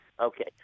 Okay